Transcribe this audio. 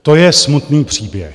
To je smutný příběh.